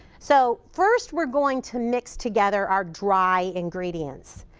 so first, we're going to mix together our dry ingredients.